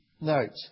note